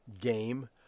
game